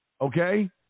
okay